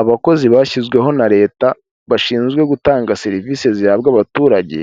Abakozi bashyizweho na leta bashinzwe gutanga serivisi zihabwa abaturage